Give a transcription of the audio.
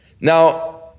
Now